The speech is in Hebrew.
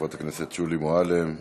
חברת הכנסת שולי מועלם,